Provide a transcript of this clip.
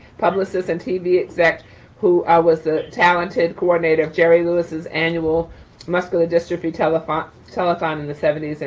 publicist, and tv exec who was a talented coordinator of jerry lewis's, annual muscular dystrophy telephone telephone in the seventy s and